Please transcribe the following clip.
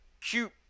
cute